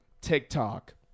TikTok